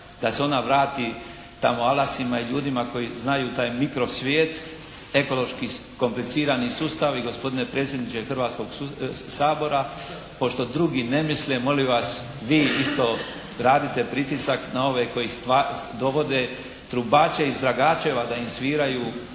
da se ona vrati tamo alasima i ljudima koji znaju taj mikrosvijet, ekološki komplicirani sustav i gospodine predsjedniče Hrvatskog sabora pošto drugi ne misle molim vas vi isto radite pritisak na ove koji dovode trubače iz Dragačeva da im sviraju